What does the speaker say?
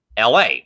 LA